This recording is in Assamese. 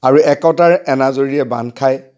আৰু একতাৰ এনাজৰীয়ে বান্ধ খায়